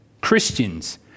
Christians